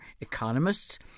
economists